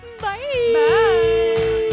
Bye